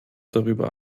darüber